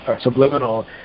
subliminal